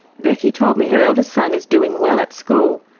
becky told me her eldest son is doing well at school.